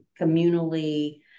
communally